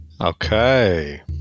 Okay